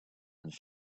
and